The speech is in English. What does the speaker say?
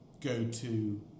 go-to